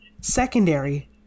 secondary